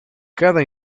cada